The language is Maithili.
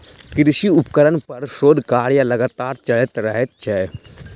कृषि उपकरण पर शोध कार्य लगातार चलैत रहैत छै